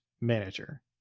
manager